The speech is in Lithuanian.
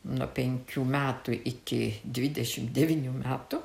nuo penkių metų iki dvidešimt devynių metų